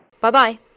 Bye-bye